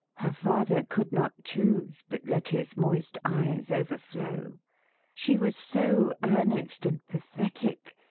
her father could not choose but let his moist eyes overflow she was so earnest and pathetic.